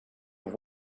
have